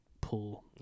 pull